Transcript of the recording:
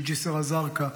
מג'יסר א-זרקא,